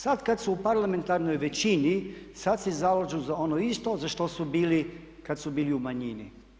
Sad kad su u parlamentarnoj većini sad se zalažu za ono isto za što su bili kad su bili u manjini.